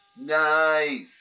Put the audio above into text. Nice